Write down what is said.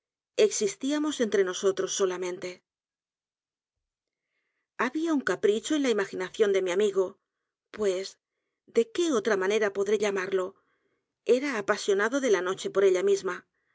r e nosotros solamente había u n capricho en la imaginación de mi amigo pues de qué otra manera podré llamarlo era apasionado de la noche por ella misma